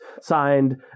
Signed